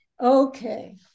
Okay